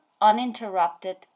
uninterrupted